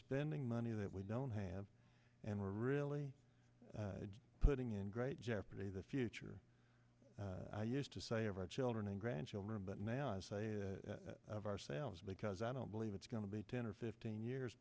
spending money that we don't have and we're really putting in great jeopardy the future i used to say of our children and grandchildren but now i say of ourselves because i don't believe it's going to be ten or fifteen years